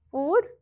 Food